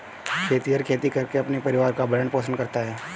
खेतिहर खेती करके अपने परिवार का भरण पोषण करता है